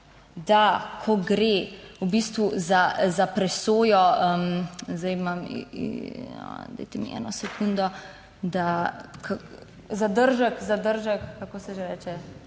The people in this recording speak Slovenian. da, ko gre v bistvu za presojo, zdaj imam, dajte mi eno sekundo, da, zadržek, zadržek, - kako se že reče?